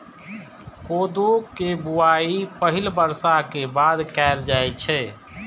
कोदो के बुआई पहिल बर्षा के बाद कैल जाइ छै